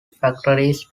factories